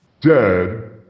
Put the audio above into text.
dead